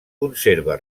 conserva